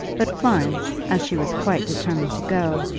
but florence, as she was quite determined to go,